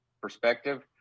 perspective